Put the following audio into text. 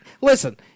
listen